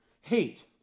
hate